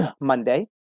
Monday